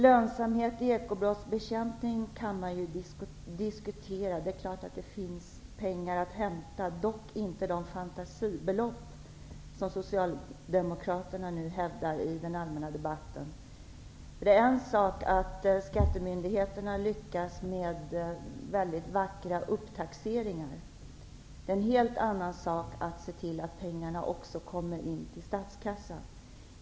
Lönsamheten i ekobrottsbekämpningen kan man ju diskutera. Det är klart att det finns pengar att hämta, dock inte de fantasibelopp som Socialdemokraterna nu hävdar i den allmänna debatten. Det är en sak att skattemyndigheterna lyckas med väldigt vackra upptaxeringar, men det är en helt annan sak att se till att pengarna också kommer in till statskassan.